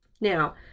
Now